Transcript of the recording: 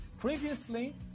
Previously